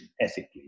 ethically